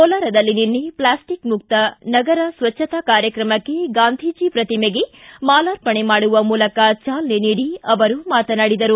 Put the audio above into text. ಕೋಲಾರದಲ್ಲಿ ನಿನ್ನೆ ಪ್ಲಾಸ್ಟಿಕ್ ಮುಕ್ತ ನಗರ ಸ್ವಚ್ವತಾ ಕಾರ್ಯಕ್ರಮಕ್ಕೆ ಗಾಂಧೀಜಿ ಪ್ರತಿಮೆಗೆ ಮಾಲಾರ್ಪಣೆ ಮಾಡುವ ಮೂಲಕ ಚಾಲನೆ ನೀಡಿ ಅವರು ಮಾತನಾಡಿದರು